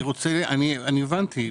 אני הבנתי.